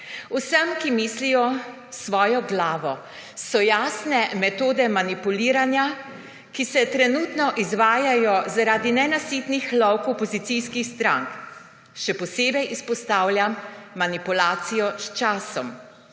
Vsem, ki mislijo s svojo glavo, so jasne metode manipuliranja, ki se trenutno izvajajo zaradi nenasitnih lovk opozicijskih strank, še posebej izpostavljam manipulacijo s časom.